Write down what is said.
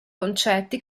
concetti